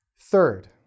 Third